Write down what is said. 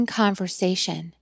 conversation